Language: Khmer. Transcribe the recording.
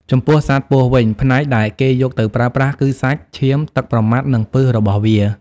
ចំពោះសត្វពស់វិញ ផ្នែកដែលគេយកទៅប្រើប្រាស់គឺសាច់ ឈាម ទឹកប្រមាត់ និងពិសរបស់វា។